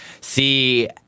see